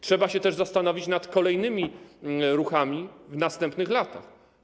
Trzeba się też zastanowić nad kolejnymi ruchami w następnych latach.